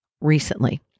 recently